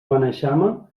beneixama